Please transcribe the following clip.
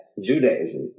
Judaism